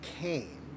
came